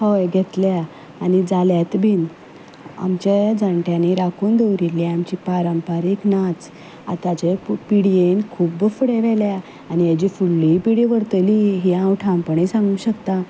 हय घेतल्या आनी जाल्यात बीन आमचे जाण्ट्यांनी राखून दवरिल्ली आमची पारंपारीक नाच आतांचे पिड्येन खूब फुडें व्हेल्या आनी हेजी फुडलीय पिडी व्हरतली हें हांव ठाणपणी सांगूंक शकता